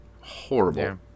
Horrible